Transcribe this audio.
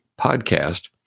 podcast